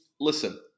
listen